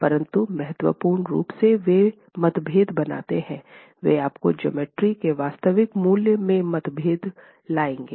परंतु महत्वपूर्ण रूप से वे मतभेद बनाते हैं वे आपके ज्योमेट्री के वास्तविक मूल्य में मतभेद लाएंगे